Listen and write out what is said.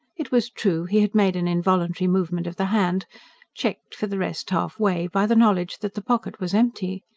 it was true he had made an involuntary movement of the hand checked for the rest halfway, by the knowledge that the pocket was empty.